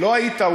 לא היית,